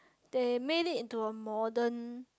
they made it into a modern